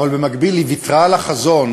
אבל במקביל היא ויתרה על החזון